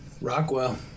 Rockwell